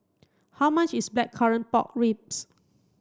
how much is blackcurrant pork ribs